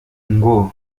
ngo